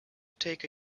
take